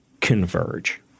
converge